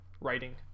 writing